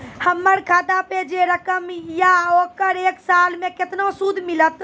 हमर खाता पे जे रकम या ओकर एक साल मे केतना सूद मिलत?